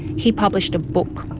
he published a book,